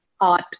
art